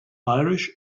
irish